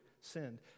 sinned